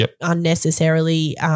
unnecessarily